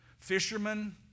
Fishermen